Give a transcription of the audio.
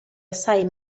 assai